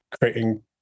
creating